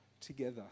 together